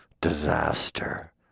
disaster